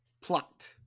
plot